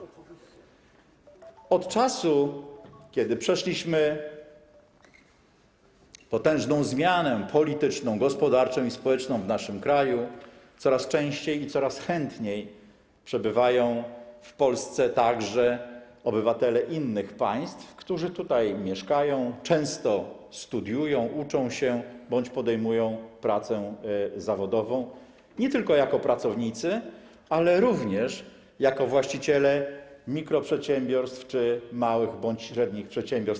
Od czasu, kiedy przeszliśmy potężną zmianę polityczną, gospodarczą i społeczną w naszym kraju, coraz częściej i coraz chętniej przybywają do Polski także obywatele innych państw, którzy tutaj mieszkają, często studiują, uczą się bądź podejmują pracę zawodową nie tylko jako pracownicy, ale również jako właściciele mikroprzedsiębiorstw czy małych bądź średnich przedsiębiorstw.